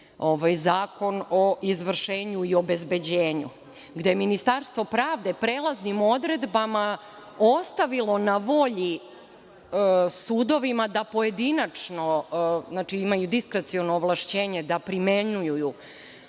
Zakon o izvršenju i obezbeđenju, gde je Ministarstvo pravde prelaznim odredbama ostavilo na volju sudovima da pojedinačno, znači, imaju diskreciono ovlašćenje da primenjuju